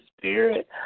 spirit